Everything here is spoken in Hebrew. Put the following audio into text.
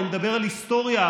אני מדבר על היסטוריה,